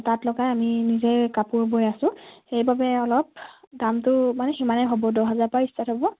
তাঁত লগাই আমি নিজেই কাপোৰ বৈ আছোঁ সেইবাবেই অলপ দামটো মানে সিমানেই হ'ব মানে দহ হাজাৰৰ পৰাই ষ্টাৰ্ট হ'ব